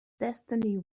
destiny